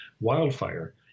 wildfire